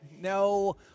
no